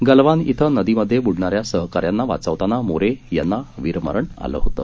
गलवान इथं नदीमध्ये ब्रुडणाऱ्या सहकाऱ्यांना वाचवतांना मोरे यांना वीरमरण आलं होतं